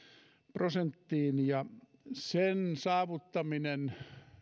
prosenttiin ja sen saavuttaminen